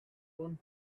one